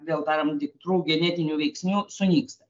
dėl tam tikrų genetinių veiksnių sunyksta